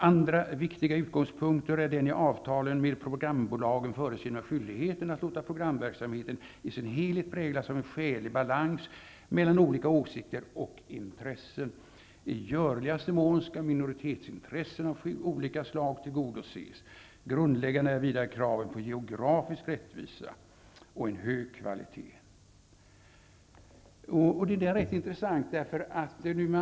Andra viktiga utgångspunkter är den i avtalen med programbolagen föreskrivna skyldigheten att låta programverksamheten i sin helhet präglas av en skälig balans mellan olika åsikter och intressen. I görligaste mån skall minoritetsintressen av olika slag tillgodoses. Grundläggande är vidare kraven på geografisk rättvisa -- och en hög kvalitet.'' Det där är rätt intressant.